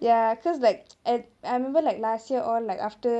ya because like I I remember like last year all like after